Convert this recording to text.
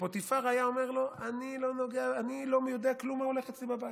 פוטיפר היה אומר לו: אני לא יודע כלום מה הולך אצלי בבית.